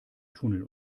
tunnel